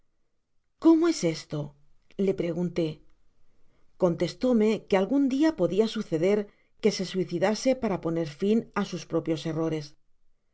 cónw es esto le pregunté contestóme que algun dia jwdto suceder que se suicidase para poner fío á sus propio errores